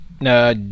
No